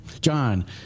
John